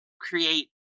create